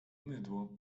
mydło